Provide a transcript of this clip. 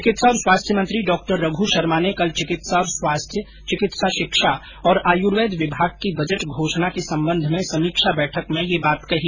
चिकित्सा और स्वास्थ्य मंत्री डॉ रघू शर्मा ने कल चिकित्सा और स्वास्थ्य चिकित्सा शिक्षा और आयुर्वेद विभाग की बजट घोषणा के संबंध में समीक्षा बैठक में ये बात कही